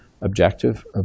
objective